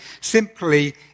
simply